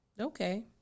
Okay